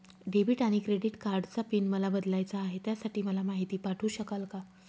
Debit आणि credit कार्डचा PIN मला बदलायचा आहे, त्यासाठी मला माहिती पाठवू शकाल का?